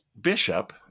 Bishop